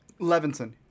Levinson